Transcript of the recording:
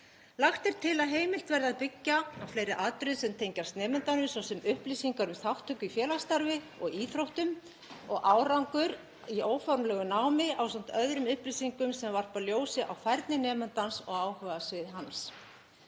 Lagt er til að heimilt verði að byggja á fleiri atriðum sem tengjast nemandanum, svo sem upplýsingum um þátttöku í félagsstarfi og íþróttum og árangri í óformlegu námi ásamt öðrum upplýsingum sem varpa ljósi á færni nemandans og áhugasvið hans.